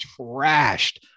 trashed